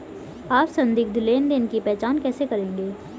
आप संदिग्ध लेनदेन की पहचान कैसे करेंगे?